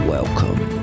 Welcome